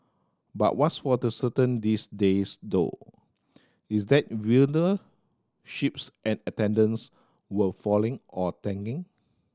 but what's for the certain these days though is that ships and attendance were falling or tanking